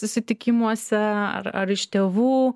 susitikimuose ar ar iš tėvų